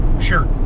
Sure